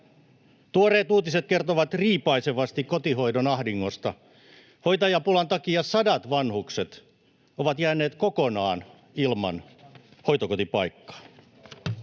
Tuoreet uutiset kertovat riipaisevasti kotihoidon ahdingosta. Hoitajapulan takia sadat vanhukset ovat jääneet kokonaan ilman hoitokotipaikkaa.